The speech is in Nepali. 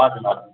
हजुर हजुर